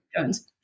Jones